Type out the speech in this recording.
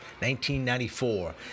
1994